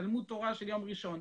תלמוד תורה של יום ראשון,